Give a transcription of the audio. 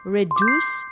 reduce